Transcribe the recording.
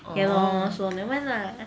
ya lor so nevermind lah